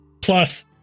Plus